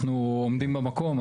אנחנו עומדים במקום,